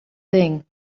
thing